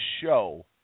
show